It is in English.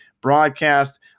broadcast